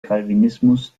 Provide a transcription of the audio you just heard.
calvinismus